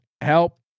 Help